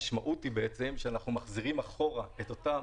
המשמעות היא שאנחנו מחזירים אחורה את אותם